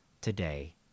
today